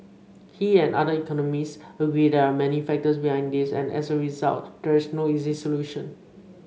he and other economist agree there are many factors behind this and as a result there is no easy solution